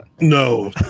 No